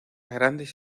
grandes